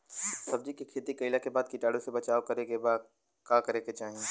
सब्जी के खेती कइला के बाद कीटाणु से बचाव करे बदे का करे के चाही?